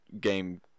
game